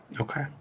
Okay